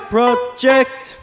Project